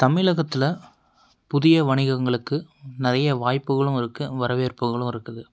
தமிழகத்தில் புதிய வணிகங்களுக்கு நிறைய வாய்ப்புகளும் இருக்கு வரவேற்புகளும் இருக்குது